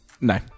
No